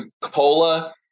cola